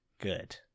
Good